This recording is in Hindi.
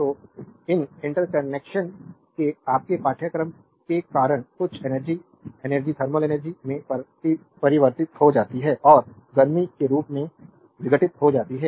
तो इन इंटरैक्शन के आपके पाठ्यक्रम के कारण कुछ एनर्जी एनर्जी थर्मल एनर्जी में परिवर्तित हो जाती है और गर्मी के रूप में विघटित हो जाती है